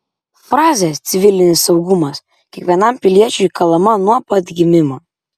frazė civilinis saugumas kiekvienam piliečiui kalama nuo pat gimimo